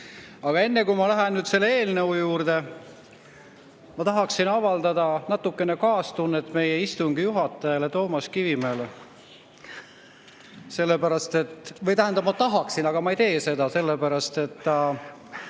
Aga enne kui ma lähen selle eelnõu juurde, ma tahaksin avaldada natukene kaastunnet meie istungi juhatajale Toomas Kivimäele – tähendab, ma tahaksin, aga ma ei tee seda –, sellepärast et